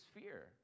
fear